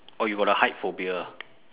oh you got a height phobia